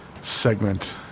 segment